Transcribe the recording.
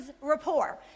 rapport